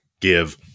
give